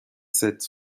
sept